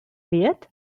wert